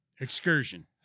Excursion